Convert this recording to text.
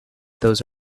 those